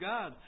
God